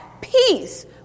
peace